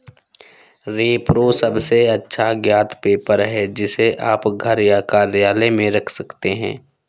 repro सबसे अच्छा ज्ञात पेपर है, जिसे आप घर या कार्यालय में रख सकते हैं